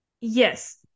Yes